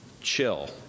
chill